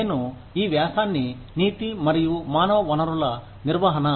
నేను ఈ వ్యాసాన్ని నీతి మరియు మానవ వనరుల నిర్వహణ అంటారు